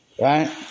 right